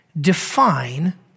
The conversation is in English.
define